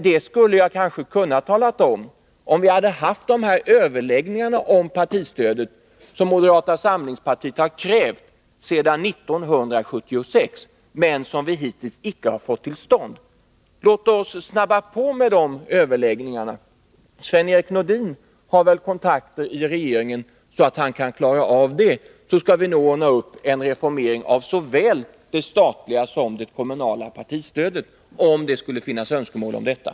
Det skulle jag kanske ha kunnat göra, om vi hade haft de överläggningar om partistödet som moderata samlingspartiet har krävt sedan 1976, men som vi hittills inte har fått till stånd. Låt oss skynda oss att ta upp sådana överläggningar. Sven-Erik Nordin har väl kontakter i regeringen, så att han kan få sådana överläggningar till stånd. Då skall vi nog kunna ordna en reformering av såväl det statliga som det kommunala partistödet, om det skulle finnas önskemål därom.